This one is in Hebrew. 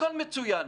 הכול מצוין.